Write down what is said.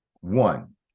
one